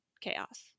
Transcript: chaos